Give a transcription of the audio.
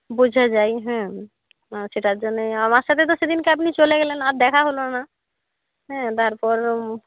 বোঝা যায় হ্যাঁ সেটার জন্যই আমার সাথে তো সেদিনকে আপনি চলে গেলেন আর দেখা হলো না হ্যাঁ তারপর